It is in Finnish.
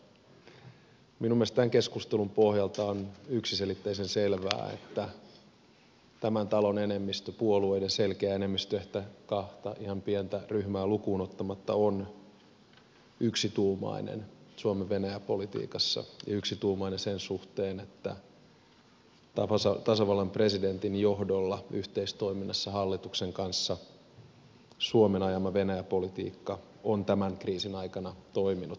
minun mielestäni tämän keskustelun pohjalta on yksiselitteisen selvää että tämän talon enemmistö puolueiden selkeä enemmistö kahta ihan pientä ryhmää lukuun ottamatta on yksituumainen suomen venäjä politiikassa ja yksituumainen sen suhteen että tasavallan presidentin johdolla yhteistoiminnassa hallituksen kanssa suomen ajama venäjä politiikka on tämän kriisin aikana toiminut